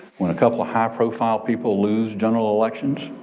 when a couple of high-profile people lose general elections,